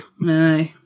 No